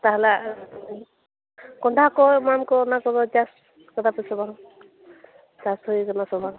ᱛᱟᱦᱚᱞᱮ ᱠᱚᱸᱰᱦᱟ ᱠᱚ ᱮᱢᱟᱱ ᱠᱚ ᱚᱱᱟ ᱠᱚᱫᱚ ᱪᱟᱥ ᱟᱠᱟᱫᱟ ᱯᱮᱥᱮ ᱵᱟᱝ ᱪᱟᱥ ᱦᱩᱭ ᱟᱠᱟᱱᱟ ᱥᱮ ᱵᱟᱝ